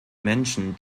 menschen